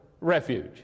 refuge